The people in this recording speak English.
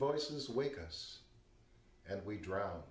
voices wake us and we drown